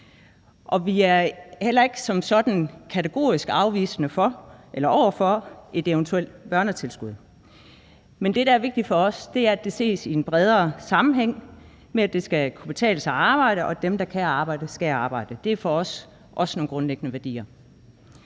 vi er heller ikke som sådan kategorisk afvisende over for et eventuelt børnetilskud. Men det, der er vigtigt for os, er, at det ses i en bredere sammenhæng med, at det skal kunne betale sig at arbejde, og at dem, der kan arbejde, skal arbejde. Det er for os også nogle grundlæggende værdier.